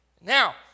Now